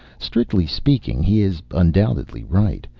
strictly speaking, he is undoubtedly right,